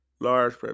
large